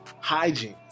hygiene